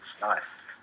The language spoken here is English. Nice